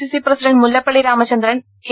C C president Mullappally Ramachandran K